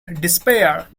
despair